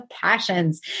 passions